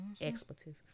expletive